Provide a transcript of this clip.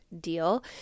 deal